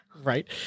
Right